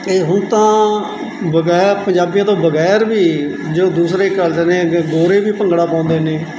ਅਤੇ ਹੁਣ ਤਾਂ ਬਗੈਰ ਪੰਜਾਬੀਆਂ ਤੋਂ ਬਗੈਰ ਵੀ ਜੋ ਦੂਸਰੇ ਕਰਦੇ ਨੇ ਅੱਗੇ ਗੋਰੇ ਵੀ ਭੰਗੜਾ ਪਾਉਂਦੇ ਨੇ ਅਤੇ